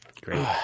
great